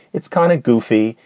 it's kind of goofy.